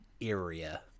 area